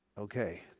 Okay